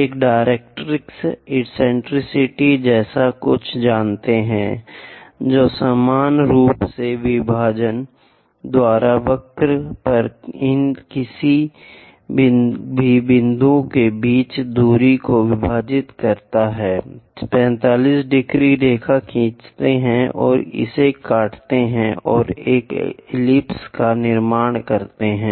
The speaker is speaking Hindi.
एक डायरेक्ट्रिक्स एक्सेंट्रिसिटी जैसा कुछ जानते हैं जो समान रूप से विभाजनों द्वारा वक्र पर इन किसी भी बिंदु के बीच की दूरी को विभाजित करते हैं 45 ° रेखा खींचते हैं और इसे काटते हैं और इस एलिप्स का निर्माण करते हैं